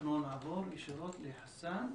אנחנו נעבור ישירות לחסאן,